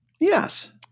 Yes